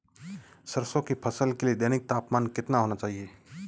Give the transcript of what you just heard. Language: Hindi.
सरसों की फसल के लिए दैनिक तापमान कितना होना चाहिए?